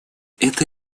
это